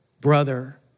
brother